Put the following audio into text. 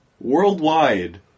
worldwide